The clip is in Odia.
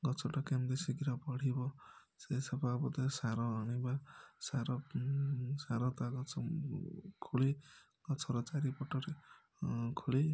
ଗଛଟା କେମିତି ଶୀଘ୍ର ବଢ଼ିବ ସେ ସବୁ ବାବଦରେ ସାର ଆଣିବା ସାର ସାର ତା' ଗଛ ଖୋଳି ଗଛର ଚାରିପଟରେ ଖୋଳି